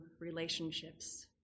relationships